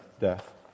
death